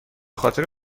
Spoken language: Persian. خاطر